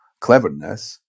cleverness